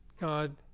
God